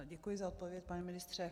Děkuji za odpověď, pane ministře.